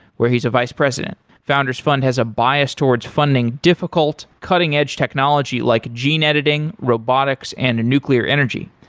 where he's a vice president. founders fund has a bias towards funding difficult cutting edge technology like gene editing, robotics and nuclear energy.